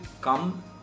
come